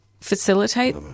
facilitate